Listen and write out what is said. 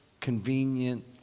convenient